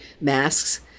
masks